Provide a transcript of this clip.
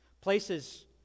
Places